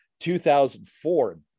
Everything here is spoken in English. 2004